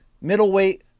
middleweight